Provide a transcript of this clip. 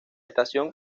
estación